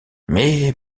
mais